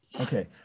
Okay